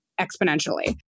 exponentially